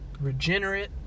Regenerate